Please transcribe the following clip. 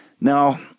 Now